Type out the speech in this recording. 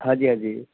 ਹਾਂਜੀ ਹਾਂਜੀ